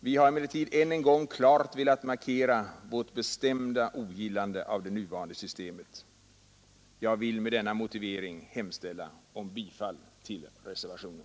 Vi har emellertid än en gång klart velat markera vårt bestämda ogillande av det nuvarande systemet. Jag vill med denna motivering yrka bifall till reservationen.